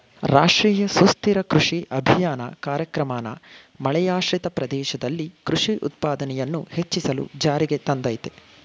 ರಾಷ್ಟ್ರೀಯ ಸುಸ್ಥಿರ ಕೃಷಿ ಅಭಿಯಾನ ಕಾರ್ಯಕ್ರಮನ ಮಳೆಯಾಶ್ರಿತ ಪ್ರದೇಶದಲ್ಲಿ ಕೃಷಿ ಉತ್ಪಾದನೆಯನ್ನು ಹೆಚ್ಚಿಸಲು ಜಾರಿಗೆ ತಂದಯ್ತೆ